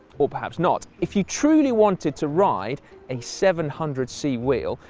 or perhaps not, if you truly wanted to ride a seven hundred c wheel,